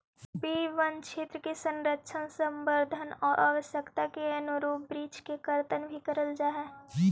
वे वनक्षेत्र के संरक्षण, संवर्धन आउ आवश्यकता के अनुरूप वृक्ष के कर्तन भी करल जा हइ